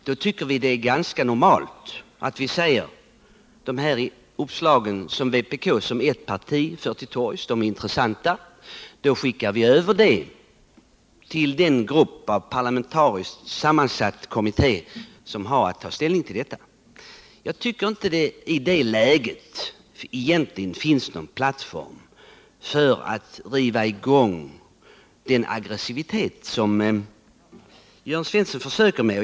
Därför tycker vi att det är ganska normalt att vi skickar över de här intressanta uppslagen som vpk för till torgs till den parlamentariskt sammansatta kommitté som har att ta ställning till detta. Jag tycker att det i det läget egentligen inte finns en plattform för att riva i gång med den aggressivitet som Jörn Svensson försöker göra.